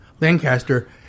Lancaster